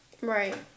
Right